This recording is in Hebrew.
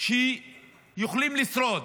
כדי שיוכלו לשרוד.